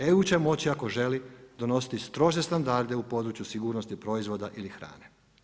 EU će moći ako želi, donositi strože standarde u području sigurnosti proizvoda ili hrane.